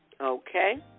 okay